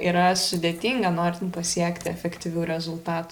yra sudėtinga norint pasiekti efektyvių rezultatų